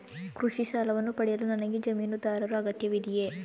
ಕೃಷಿ ಸಾಲವನ್ನು ಪಡೆಯಲು ನನಗೆ ಜಮೀನುದಾರರ ಅಗತ್ಯವಿದೆಯೇ?